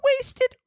wasted